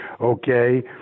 okay